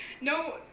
no